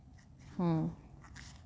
ᱦᱮᱸ